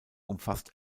umfasst